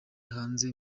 hanze